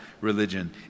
religion